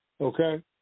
Okay